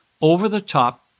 over-the-top